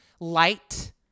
light